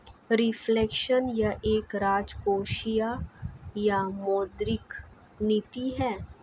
reflection यह एक राजकोषीय या मौद्रिक नीति है